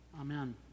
Amen